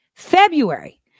February